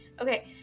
Okay